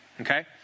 Okay